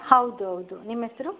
ಹೌದೌದು ನಿಮ್ಮ ಹೆಸರು